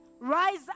rise